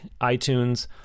iTunes